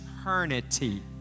eternity